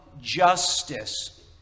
justice